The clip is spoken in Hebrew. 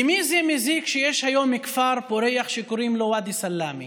למי זה מזיק שיש היום כפר פורח שקוראים לו ואדי סלאמה